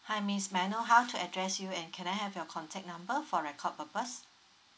hi miss may I know how to address you and can I have your contact number for record purpose